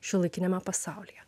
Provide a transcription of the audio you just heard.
šiuolaikiniame pasaulyje